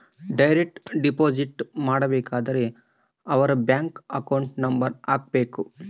direct deposit ಮಾಡಬೇಕಾದರೆ ಅವರ್ bank account number ಹಾಕ್ಬೆಕು